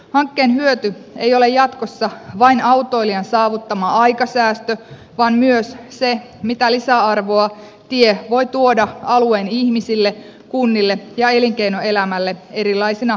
hankkeen hyöty ei ole jatkossa vain autoilijan saavuttama aikasäästö vaan myös se mitä lisäarvoa tie voi tuoda alueen ihmisille kunnille ja elinkeinoelämälle erilaisina tienvarsipalveluina